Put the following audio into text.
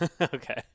Okay